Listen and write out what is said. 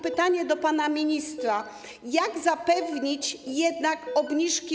Pytanie do pana ministra: Jak zapewnić realne obniżki?